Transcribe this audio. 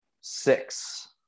Six